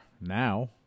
now